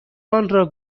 آنرا